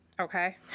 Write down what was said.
okay